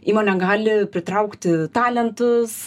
įmonė gali pritraukti talentus